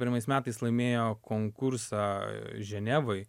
pirmais metais laimėjo konkursą ženevoj